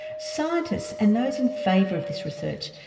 scientists and those in favour of this research,